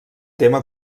tema